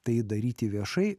tai daryti viešai